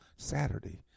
Saturday